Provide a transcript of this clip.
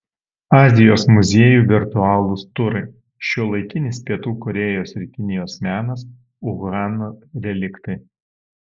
azijos muziejų virtualūs turai šiuolaikinis pietų korėjos ir kinijos menas uhano reliktai